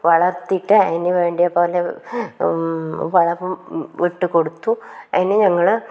വളർത്തിയിട്ട് അതിനു വേണ്ടത് പോലെ വളവും ഇട്ടു കൊടുത്തു അതിന് ഞങ്ങൾ